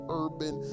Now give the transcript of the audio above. urban